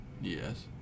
Yes